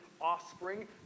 offspring